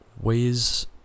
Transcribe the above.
ways